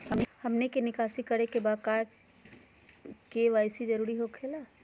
हमनी के निकासी करे के बा क्या के.वाई.सी जरूरी हो खेला?